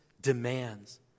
demands